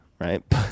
Right